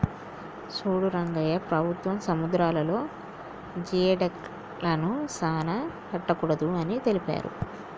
సూడు రంగయ్య ప్రభుత్వం సముద్రాలలో జియోడక్లను సానా పట్టకూడదు అని తెలిపారు